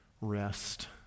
rest